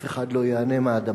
אף אחד לא ייהנה מהאדמה.